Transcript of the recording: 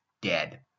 dead